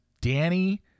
Danny